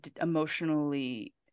emotionally